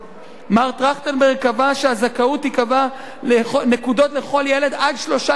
מר טרכטנברג קבע שהזכאות תיקבע כנקודות לכל ילד עד שלושה ילדים.